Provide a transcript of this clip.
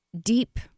deep